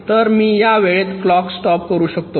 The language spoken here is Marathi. तर मी या वेळेत क्लॉक स्टॉप करू शकतो